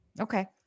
Okay